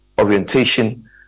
orientation